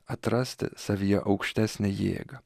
atrasti savyje aukštesnę jėgą